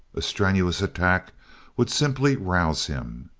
a strenuous attack would simply rouse him.